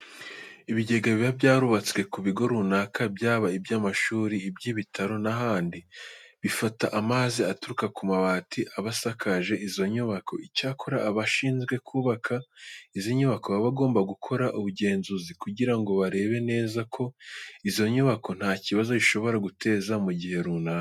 Ibigega biba byarubatswe ku bigo runaka byaba iby'amashuri, iby'ibitaro n'ahandi, bifata amazi aturuka ku mabati aba asakaje izi nyubako. Icyakora abashinzwe kubaka izi nyubako baba bagomba gukora ubugenzuzi kugira ngo barebe neza ko izo nyubako nta kibazo zishobora guteza mu gihe runaka.